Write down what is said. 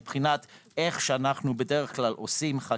מבחינת איך שאנו עושים בדרך כלל חקיקה,